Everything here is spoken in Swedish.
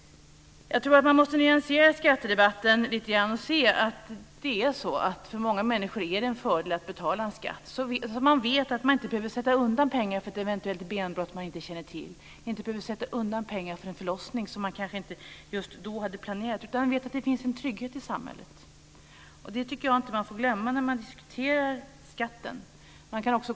Jag tror att man måste nyansera skattedebatten lite grann för att se att för många människor är det en fördel att betala skatt. Då vet man att man inte behöver sätta undan pengar för ett eventuellt benbrott som man inte känner till, inte behöver sätta undan pengar för en förlossning som man kanske inte hade planerat, utan man vet att det finns en trygghet i samhället. Det tycker jag inte att man får glömma när man diskuterar skatten.